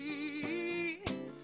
(קטע מוזיקלי).